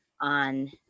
on